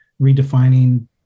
redefining